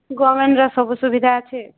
ଗଭ୍ମେଣ୍ଟ୍ର ସବୁ ସୁବିଧା ଅଛେ